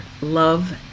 love